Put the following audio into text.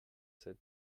sept